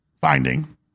finding